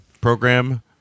program